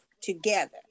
together